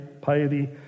piety